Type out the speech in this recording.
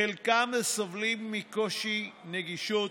חלקם סובלים מקשיי נגישות